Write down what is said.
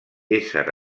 ésser